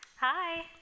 Hi